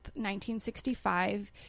1965